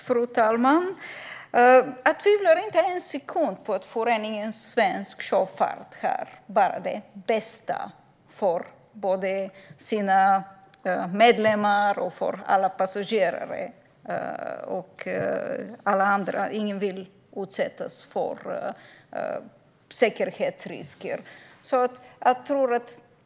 Fru talman! Jag tvivlar inte en sekund på att Föreningen Svensk Sjöfart bara har det bästa för både sina medlemmar, alla passagerare och alla andra för ögonen. Ingen vill utsättas för säkerhetsrisker.